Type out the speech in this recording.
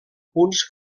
punts